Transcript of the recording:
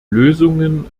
lösungen